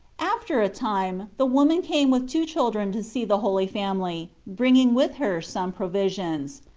after a time the woman came with two children to see the holy family, bringing with her some provisions.